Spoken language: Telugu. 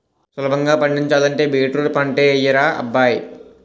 సులభంగా పండించాలంటే బీట్రూట్ పంటే యెయ్యరా అబ్బాయ్